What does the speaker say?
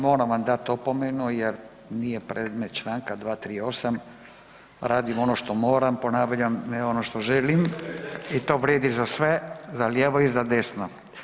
Moram vam dati opomenu jer nije predmet čl. 238., radim ono što moram, ponavljam, ne ono što želim i to vrijedi za sve, za lijevo i za desno.